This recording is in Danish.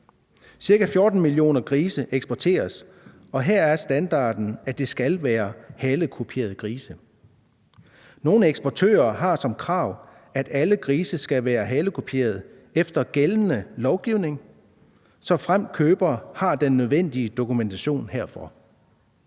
Ca. 14 millioner grise eksporteres, og her er standarden, at det skal være halekuperede grise. Nogle eksportører har som krav, at alle grise skal være halekuperet efter gældende lovgivning, såfremt køber har den nødvendige dokumentation herfor.